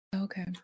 Okay